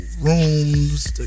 rooms